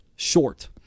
Short